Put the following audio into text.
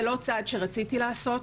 זה לא צעד שרציתי לעשות,